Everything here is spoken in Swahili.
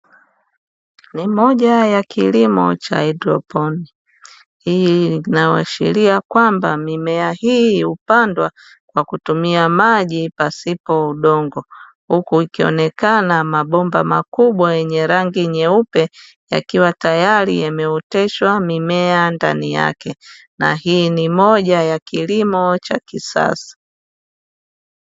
Ni moja ya kilimo cha haidroponi, hii inaashiria kwamba mimea hii hupandwa kwa kutumia maji pasipo udongo, huku ikionekana mabomba makubwa yenye rangi nyeupe yakiwa tayari yameoteshwa mimea ndani yake na hii ni moja ya kilimo cha kisasa.